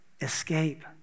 Escape